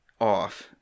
off